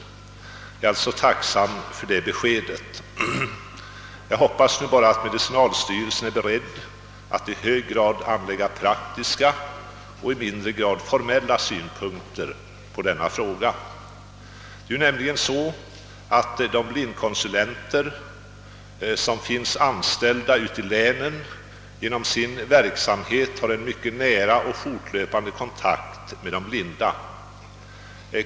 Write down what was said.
Jag är alltså tacksam för det beskedet. Jag hoppas nu bara att medicinalstyrelsen är beredd att i stor utsträckning anlägga praktiska och i mindre utsträckning formella synpunkter på denna fråga. Det är ju så att de blindkonsulenter som finns anställda ute i länen genom sin verksamhet har en mycket nära och fortlöpande kontakt med de blinda.